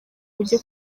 ujye